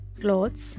clothes